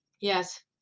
Yes